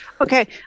Okay